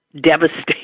devastating